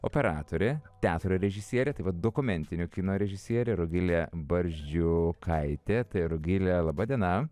operatorė teatro režisierė dokumentinio kino režisierė rugilė barzdžiukaite tai rugile laba diena